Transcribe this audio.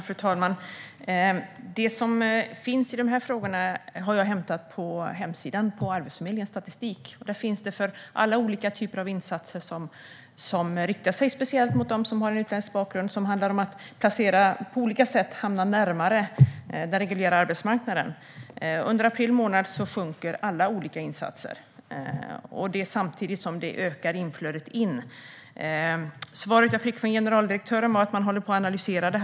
Fru talman! Det som finns i frågorna har jag hämtat i Arbetsförmedlingens statistik på hemsidan. Den finns för alla olika typer av insatser som riktar sig speciellt mot dem som har en utländsk bakgrund. Det handlar om att på olika sätt hamna närmare den reguljära arbetsmarknaden. Under april månad sjunker alla olika insatser samtidigt som inflödet ökar. Svaret jag fick från generaldirektören var att man håller på att analysera det.